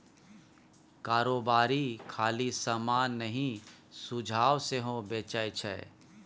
कारोबारी खाली समान नहि सुझाब सेहो बेचै छै